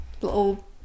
little